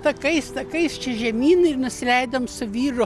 takais takais čia žemyn ir nusileidom su vyru